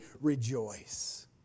rejoice